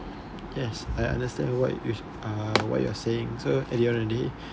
yes I understand what uh you're saying so at the end of the day